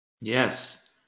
Yes